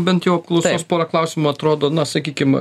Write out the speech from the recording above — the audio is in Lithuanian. bent jau apklausos porą klausimų atrodo na sakykim